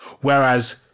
Whereas